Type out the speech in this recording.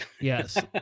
Yes